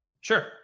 Sure